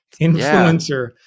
influencer